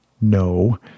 no